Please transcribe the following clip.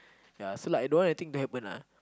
ya so like I don't want anything to happen ah